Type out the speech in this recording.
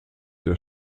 der